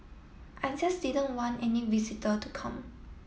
I just didn't want any visitor to come